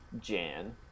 Jan